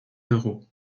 d’euros